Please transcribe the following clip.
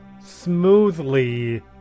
smoothly